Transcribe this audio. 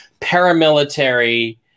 paramilitary